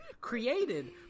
created